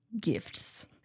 gifts